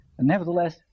Nevertheless